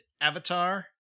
Avatar